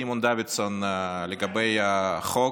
סימון דוידסון, לגבי החוק